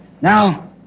Now